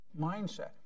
mindset